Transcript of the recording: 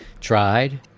Tried